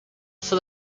for